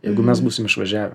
jeigu mes būsim išvažiavę